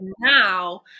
Now